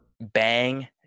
bang